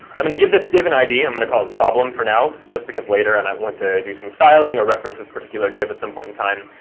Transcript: i'm going to give this div an id. i'm going to call it problem for now, just because later and i want to do some styling or reference this particular div at some point in time.